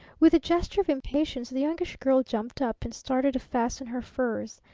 with a gesture of impatience the youngish girl jumped up and started to fasten her furs.